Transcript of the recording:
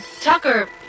Tucker